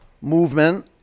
movement